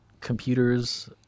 computers